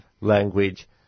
language